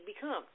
become